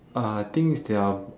uh I think it's their